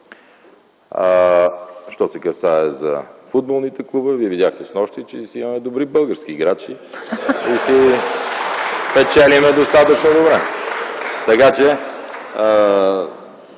Що се касае за футболните клубове, вие видяхте снощи, че си имаме добри български играчи, с които печелим достатъчно добре. (Смях